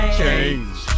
change